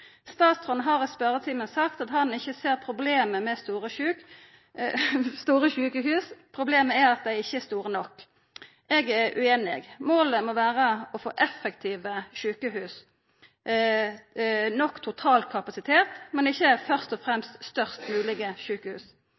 Statsråden har i spørjetimen sagt at han ikkje ser problemet med store sjukehus. Problemet er at dei ikkje er store nok. Eg er ueinig. Målet må vera å få effektive sjukehus, nok totalkapasitet, men ikkje først og fremst størst moglege sjukehus.